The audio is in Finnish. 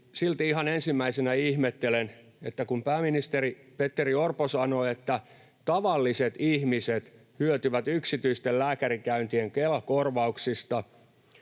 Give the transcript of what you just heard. silti ihan ensimmäisenä ihmettelen, että kun pääministeri Petteri Orpo sanoi, että tavalliset ihmiset hyötyvät yksityisten lääkärikäyntien Kela-korvauksista,